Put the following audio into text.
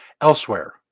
elsewhere